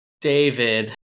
David